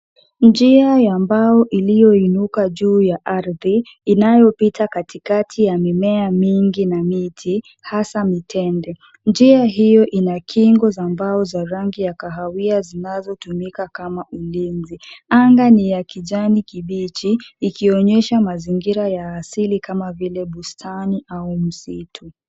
Njia ya mbao iliyoinuka juu ya ardhi, inayopita katikati ya mimea mingi na miti hasa mitende. Njia hiyo ina kingo za mbao za rangi ya kahawia zinazotumika kama ulinzi. Anga ni ya kijani kibichi ikionyesha mazingira ya asili kama vile bustani au msitu.